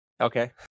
Okay